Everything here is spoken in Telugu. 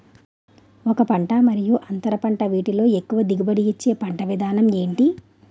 ఒక పంట మరియు అంతర పంట వీటిలో ఎక్కువ దిగుబడి ఇచ్చే పంట విధానం ఏంటి?